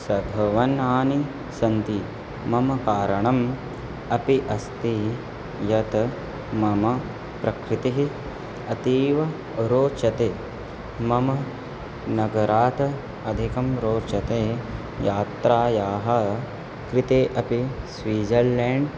सभवनानि सन्ति मम कारणम् अपि अस्ति यत् मम प्रकृतिः अतीव रोचते मम नगरात् अधिकं रोचते यात्रायाः कृते अपि स्विज़र्लेण्ड्